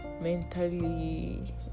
mentally